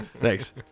Thanks